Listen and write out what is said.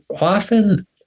often